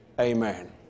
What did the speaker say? amen